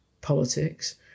politics